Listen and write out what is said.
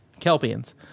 Kelpians